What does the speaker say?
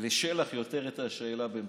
לשלח יותר את השאלה, באמצעותך.